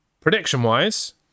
Prediction-wise